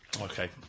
Okay